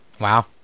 Wow